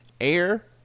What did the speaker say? air